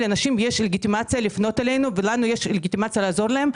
ולאנשים יש לגיטימציה לפנות אלינו ולנו יש לגיטימציה לעזור להם.